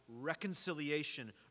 reconciliation